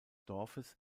dorfes